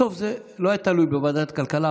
בסוף זה לא היה תלוי בוועדת הכלכלה,